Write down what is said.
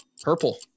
purple